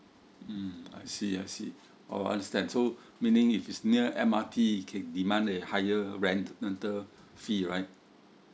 mm I see I see oo understand so meaning if it's near M R T can demand a higher rent rental fee right